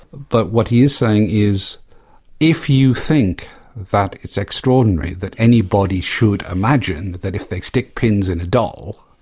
but what he is saying is that if you think that it's extraordinary that anybody should imagine that if they stick pins in a doll